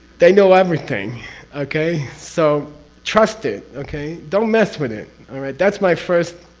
they know everything okay? so trust it. okay? don't mess with it. alright? that's my first.